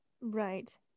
Right